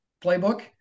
playbook